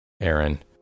aaron